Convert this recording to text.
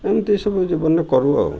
ଏମିତି ସବୁ ଜୀବନ କରୁ ଆଉ